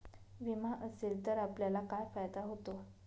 विमा असेल तर आपल्याला काय फायदा होतो?